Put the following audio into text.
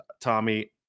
Tommy